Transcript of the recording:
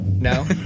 No